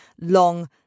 long